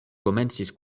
komencis